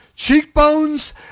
cheekbones